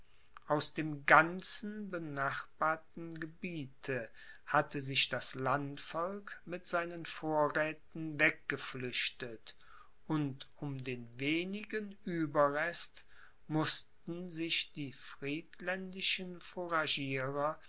aus dem ganzen benachbarten gebiete hatte sich das landvolk mit seinen vorräthen weggeflüchtet und um den wenigen ueberrest mußten sich die